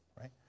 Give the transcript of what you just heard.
right